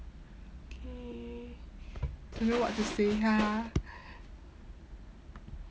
K don't know what to say lah